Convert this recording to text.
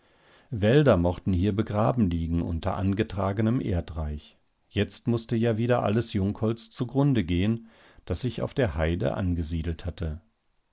wälder mochten hier begraben liegen unter angetragenem erdreich jetzt mußte ja wieder alles jungholz zugrunde gehen das sich auf der heide angesiedelt hatte